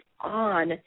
on